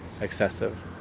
excessive